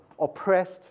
oppressed